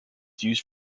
used